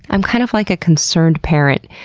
i'm kind of like a concerned parent,